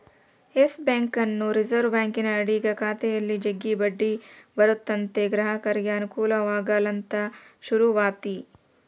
Yes ಬ್ಯಾಂಕನ್ನು reserve ಬ್ಯಾಂಕಿನ ಅಡಿಗ ಖಾತೆಯಲ್ಲಿ ಜಗ್ಗಿ ಬಡ್ಡಿ ಬರುತತೆ ಗ್ರಾಹಕರಿಗೆ ಅನುಕೂಲವಾಗಲಂತ ಶುರುವಾತಿ